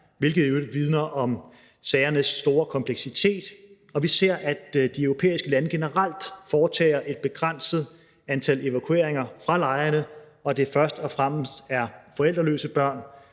øvrigt vidner om sagernes store kompleksitet. Vi ser, at de europæiske lande generelt foretager et begrænset antal evakueringer fra lejrene, og at det først og fremmest er forældreløse børn